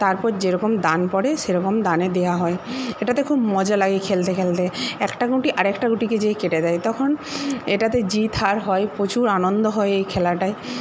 তারপর যেরকম দান পড়ে সেরকম দানে দেওয়া হয় এটাতে খুব মজা লাগে খেলতে খেলতে একটা গুটি আরেকটা গুটিকে যেই কেটে দেয় তখন এটাতে জিত হার হয় প্রচুর আনন্দ হয় এই খেলাটায়